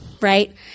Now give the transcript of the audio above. right